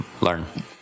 learn